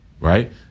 Right